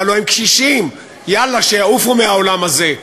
הלוא הם קשישים, יאללה, שיעופו מהעולם הזה.